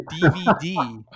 DVD